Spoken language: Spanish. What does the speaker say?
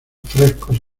frescos